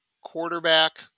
quarterback